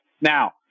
Now